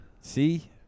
see